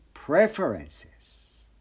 Preferences